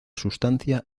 sustancia